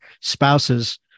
spouses